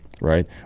right